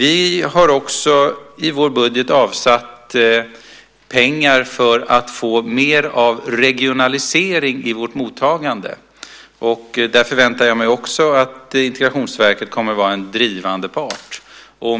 I vår budget har vi också avsatt pengar för att få mer av regionalisering i vårt mottagande. Där förväntar jag mig också att Integrationsverket kommer att vara en drivande part.